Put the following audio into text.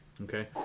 Okay